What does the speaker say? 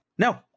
No